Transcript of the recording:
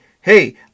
Hey